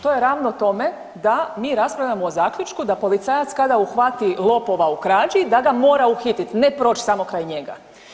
To je ravno tome da mi raspravljamo o zaključku da policajac kada uhvati lopova u krađi da ga mora uhitit, ne proći samo kraj njega.